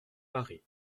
paris